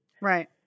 Right